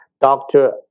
doctor